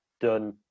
done